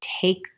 take